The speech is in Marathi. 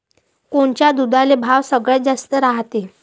कोनच्या दुधाले भाव सगळ्यात जास्त रायते?